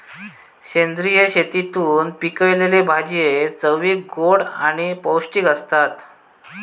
सेंद्रिय शेतीतून पिकयलले भाजये चवीक गोड आणि पौष्टिक आसतत